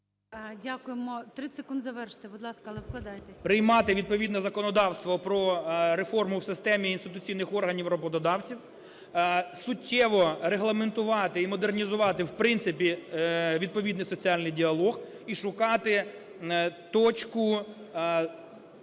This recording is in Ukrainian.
Дякуємо. 30 секунд завершити, будь ласка, але вкладайтеся. КАПЛІН С.М. ...приймати відповідне законодавство про реформу в системі інституційних органів роботодавців, суттєво регламентувати і модернізувати, в принципі, відповідний соціальний діалог і шукати точку